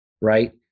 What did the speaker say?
right